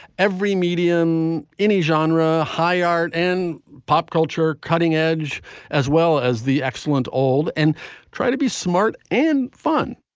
every medium, any genre, high art and pop culture cutting edge as well as the excellent old. and try to be smart and fun